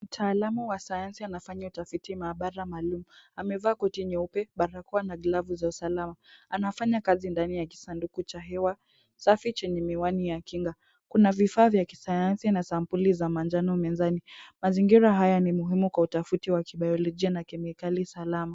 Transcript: Mtaalamu wa Sayansi anafanya utafiti maabara maalum. Amevaa koti nyeupe, barakoa na glavu za usalama. Anafanya kazi ndani ya kisanduku cha hewa safi chenye miwani ya kinga. Kuna vifaa vya kisayansi na sampuli za manjano mezani. Mazingira haya ni muhimu kwa utafiti wa kibayolojia na kemikali salama.